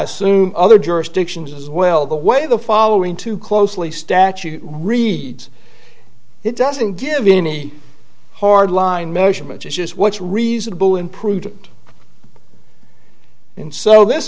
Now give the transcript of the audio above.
assume other jurisdictions as well the way the following too closely statute reads it doesn't give any hard line measurements it's just what's reasonable and prudent in so this